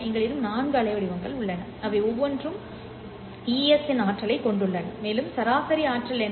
எங்களிடம் நான்கு அலைவடிவங்கள் உள்ளன அவை ஒவ்வொன்றும் ஈஸின் ஆற்றலைக் கொண்டுள்ளன மேலும் சராசரி ஆற்றல் என்ன